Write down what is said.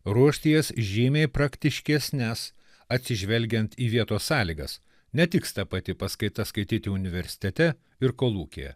ruošti jas žymiai praktiškesnes atsižvelgiant į vietos sąlygas netiks ta pati paskaita skaityti universitete ir kolūkyje